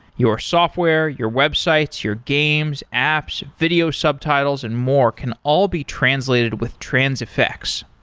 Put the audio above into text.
your software, your websites, your games, apps, video subtitles and more can all be translated with transifex.